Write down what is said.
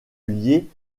liés